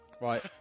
Right